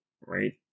right